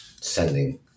sending